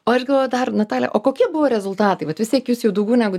o aš galvoju dar natalija o kokie buvo rezultatai vat vis tiek jūs jau daugiau negu